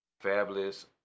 Fabulous